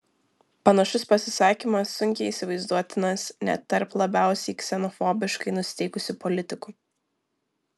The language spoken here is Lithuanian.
panašus pasisakymas sunkiai įsivaizduotinas net tarp labiausiai ksenofobiškai nusiteikusių politikų